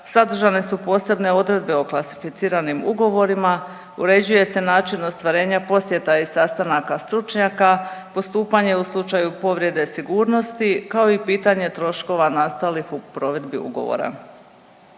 sadržane su posebne odredbe o klasificiranim ugovorima, uređuje se način ostvarenja posjeta i sastanaka stručnjaka, postupanje u slučaju povrede sigurnosti, kao i pitanje troškova nastalih u provedi ugovora.